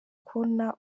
kubona